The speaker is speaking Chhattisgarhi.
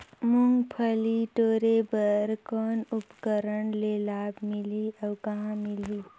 मुंगफली टोरे बर कौन उपकरण ले लाभ मिलही अउ कहाँ मिलही?